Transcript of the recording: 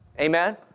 Amen